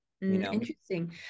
interesting